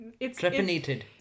Trepanated